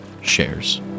shares